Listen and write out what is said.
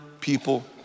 people